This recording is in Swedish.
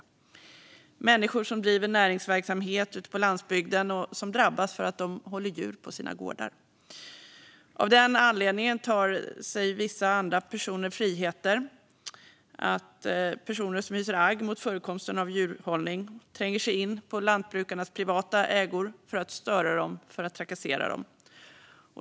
Det är människor som driver näringsverksamhet ute på landsbygden och som drabbas för att de håller djur på sina gårdar. Av den anledningen tar vissa andra personer sig friheter, personer som hyser agg mot förekomsten av djurhållning. De tränger sig in på lantbrukarnas privata ägor för att störa dem och för att trakassera dem.